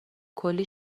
کلی